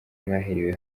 mwaherewe